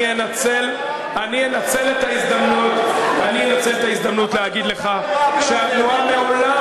אני אנצל את ההזדמנות להגיד לך שהתנועה מעולם,